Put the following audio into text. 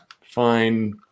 Fine